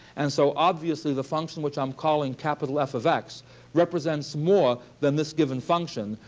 and so obviously, the function which i'm calling capital f of x represents more than this given function.